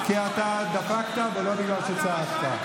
מי שדופק על השולחן, יוצא החוצה.